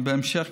ובהמשך,